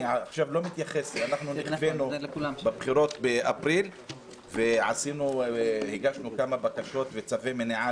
אנחנו נכווינו בבחירות באפריל והגשנו כמה בקשות וצווי מניעה